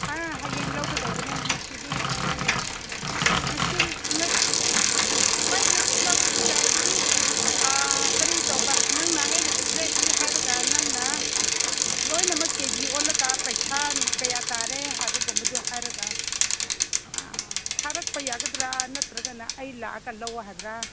ꯑ ꯍꯌꯦꯡ ꯂꯧꯒꯗꯕꯅꯦ ꯉꯁꯤꯗꯤ ꯍꯣꯏ ꯉꯁꯤ ꯂꯧꯔꯁꯨ ꯌꯥꯏ ꯑꯗꯨꯗꯤ ꯀꯔꯤ ꯇꯧꯕ ꯅꯪꯅ ꯑꯩꯅ ꯑꯦꯗ꯭ꯔꯦꯁꯁꯤ ꯍꯥꯏꯔꯒ ꯅꯪꯅ ꯂꯣꯏꯅꯃꯛ ꯀꯦꯖꯤ ꯑꯣꯜꯂꯒ ꯄꯩꯁꯥ ꯀꯌꯥ ꯇꯥꯔꯦ ꯍꯥꯏꯕꯒꯨꯝꯕꯗꯨ ꯍꯥꯏꯔꯒ ꯊꯥꯔꯛꯄ ꯌꯥꯒꯗ꯭ꯔꯥ ꯅꯠꯇ꯭ꯔꯒꯅ ꯑꯩ ꯂꯥꯛꯑꯒ ꯂꯧ ꯍꯥꯏꯕ꯭ꯔꯥ